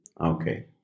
Okay